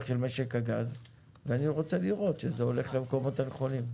של משק הגז ואני רוצה לראות שזה הולך למקומות הנכונים.